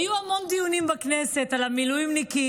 היו המון דיונים בכנסת על המילואימניקים,